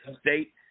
state